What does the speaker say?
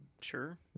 Sure